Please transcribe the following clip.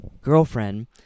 girlfriend